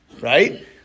Right